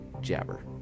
Jabber